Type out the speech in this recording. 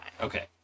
Okay